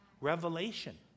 Revelation